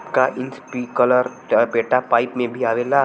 का इस्प्रिंकलर लपेटा पाइप में भी आवेला?